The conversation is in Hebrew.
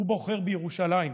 הוא בוחר בירושלים.